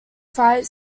freight